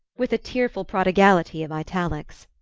with a tearful prodigality of italics.